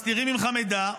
מסתירים ממך מידע,